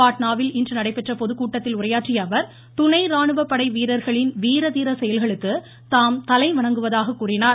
பாட்னாவில் இன்று நடைபெற்ற பொதுக்கூட்டத்தில் உரையாற்றியஅவர் துணை ராணுவப்படை வீரர்களின் வீர தீர செயல்களுக்கு தாம் தலைவணங்குவதாக கூறினார்